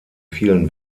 vielen